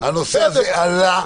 הנושא הזה עלה,